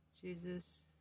Jesus